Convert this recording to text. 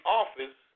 office